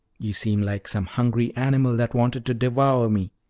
you seem like some hungry animal that wanted to devour me.